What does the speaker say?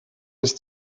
ist